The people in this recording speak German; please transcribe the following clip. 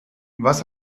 was